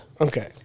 Okay